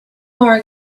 more